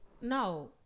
No